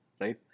right